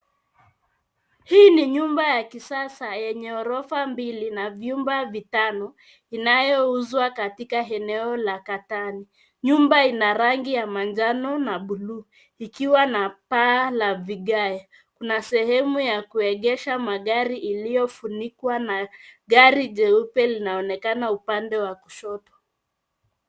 Hii ni nyumba ya kisasa yenye ghorofa mbili na chumba vitano inayouzwa katika eneo la Katani. Nyumba ina rangi ya manjano na bluu, ikiwa na paa la vigae. Kuna sehemu ya kuegesha magari iliyofunikwa na gari jeupe linaonekana upande wa kushoto.